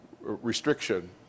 restriction